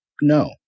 No